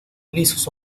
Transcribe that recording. lisos